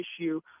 issue